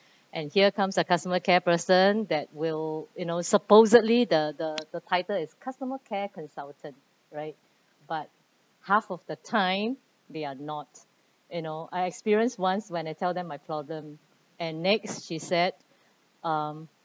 and here comes a customer care person that will you know supposedly the the the title is customer care consultant right but half of the time they are not you know I experience once when I tell them my problem and next she said um